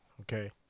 Okay